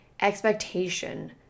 expectation